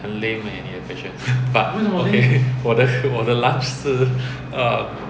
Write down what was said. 很 lame leh 你的 question but okay 我的 lunch 是 um